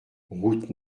route